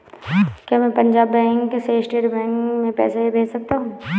क्या मैं पंजाब बैंक से स्टेट बैंक में पैसे भेज सकता हूँ?